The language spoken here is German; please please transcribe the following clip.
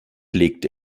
legte